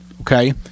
Okay